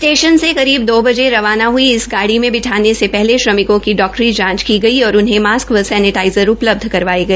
station से करीब दो बजे रवाना हुई इस गाड़ी में बिठाने से पहले श्रमिकों को डॉक्टरी जांच की गई और उन्हें मास्क व सैनेटाईज़र उपलब्ध करवाया गया